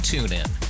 TuneIn